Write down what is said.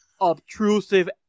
obtrusive